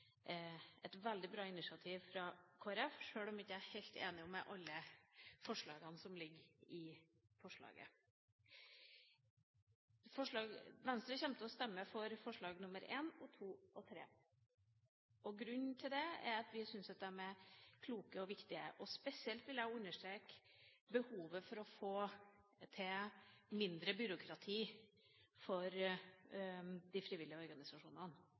et veldig bra initiativ fra Kristelig Folkeparti, sjøl om jeg ikke er helt enig i alt som ligger i forslagene. Venstre kommer til å stemme for forslagene nr. 1, 2 og 3. Grunnen til det er at vi syns de er kloke og viktige. Spesielt vil jeg understreke behovet for å få mindre byråkrati for de frivillige organisasjonene.